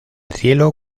cielo